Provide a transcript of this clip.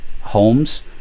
homes